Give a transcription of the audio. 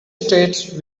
states